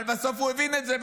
אבל בסוף הוא הבין את זה,